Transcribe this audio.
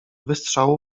wystrzału